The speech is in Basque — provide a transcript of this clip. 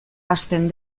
hasten